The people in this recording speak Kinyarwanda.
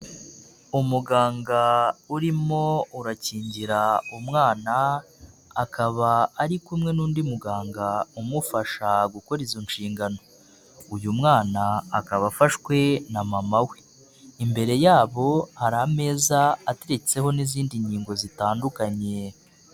Umuganga urimo urakingira umwana akaba ari kumwe n'undi muganga umufasha gukora izo nshingano, uyu mwana akaba afashwe na mama we, imbere yabo hari ameza ateretseho n'izindi nkingo zitandukanye.